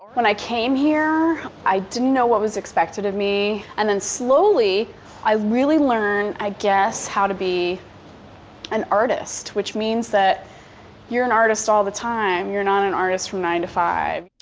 when i came here, i didn't know what was expected of me, and then slowly i really learned i guess how to be an artist, which means that you're an artist all the time. you're not an artist from nine to five.